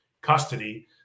custody